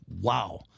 Wow